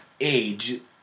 age